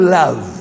love